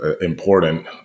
important